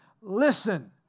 listen